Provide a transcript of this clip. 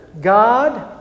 God